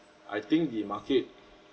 I think the market